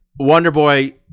Wonderboy